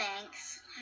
thanks